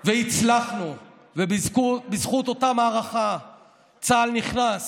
והצלחנו, ובזכות אותה מערכה צה"ל נכנס